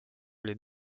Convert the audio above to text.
les